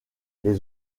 les